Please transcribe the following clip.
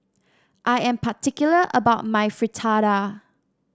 I am particular about my Fritada